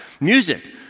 Music